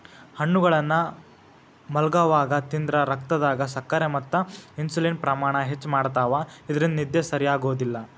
ಹಣ್ಣುಗಳನ್ನ ಮಲ್ಗೊವಾಗ ತಿಂದ್ರ ರಕ್ತದಾಗ ಸಕ್ಕರೆ ಮತ್ತ ಇನ್ಸುಲಿನ್ ಪ್ರಮಾಣ ಹೆಚ್ಚ್ ಮಾಡ್ತವಾ ಇದ್ರಿಂದ ನಿದ್ದಿ ಸರಿಯಾಗೋದಿಲ್ಲ